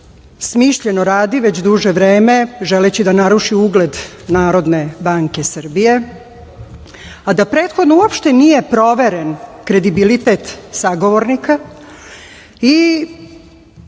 smišljeno radi već duže vreme želeći da naruši ugled NBS, a da prethodno uopšte nije proveren kredibilitet sagovornika.